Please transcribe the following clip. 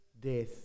death